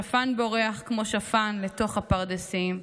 / שפן בורח כמו שפן לתוך הפרדסים.